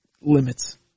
limits